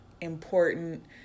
important